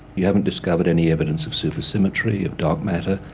you haven't discovered any evidence of supersymmetry, of dark matter.